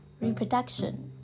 Reproduction